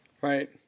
Right